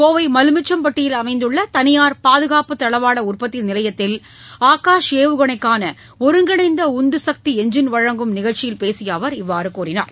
கோவை மலுமிச்சம்பட்டியில் அமைந்துள்ள தனியார் பாதுகாப்பு தளவாட உற்பத்தி நிலையத்தில் ஆகாஷ் ஏவுகணைக்கான ஒருங்கிணைந்த உந்து சக்தி என்ஜின் வழங்கும் நிகழ்ச்சியில் பேசிய அவர் இவ்வாறு கூறினார்